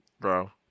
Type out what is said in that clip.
Bro